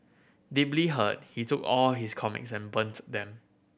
deeply hurt he took all his comics and burns them